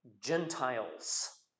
Gentiles